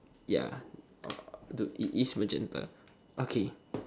ya uh dude it is magenta okay